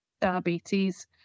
diabetes